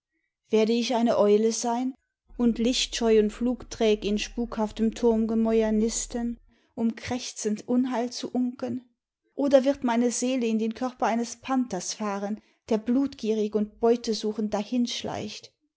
werde ich eine eule sein und lichtscheu und flugträg in spukhaftem turmgemäuer nisten um krächzend unheil zu unken oder wird meine seele in den körper eines panthers fahren der blutgierig und beutesuchend